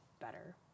better